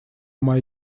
моя